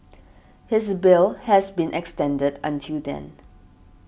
his bail has been extended until then